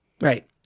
Right